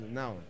now